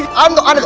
and